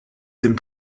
dem